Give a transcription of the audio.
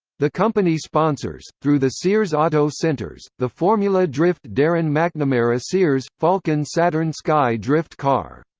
the company sponsors, through the sears auto centers, the formula drift darren mcnamara sears falken saturn sky drift car.